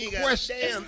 question